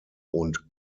und